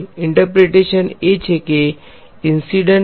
interpretation એ છે કે ઈન્સીડંટ ફીલ્ડ એ એક્ઝટ્લી છે